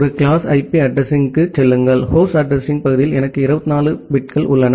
ஒரு class IP அட்ரஸிங்க்குச் சொல்லுங்கள் ஹோஸ்ட் அட்ரஸிங்பகுதியில் எனக்கு 24 பிட்கள் உள்ளன